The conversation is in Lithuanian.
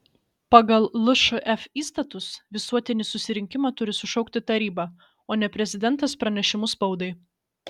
pagal lšf įstatus visuotinį susirinkimą turi sušaukti taryba o ne prezidentas pranešimu spaudai